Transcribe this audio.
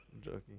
joking